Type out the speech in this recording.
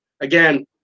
again